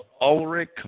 Ulrich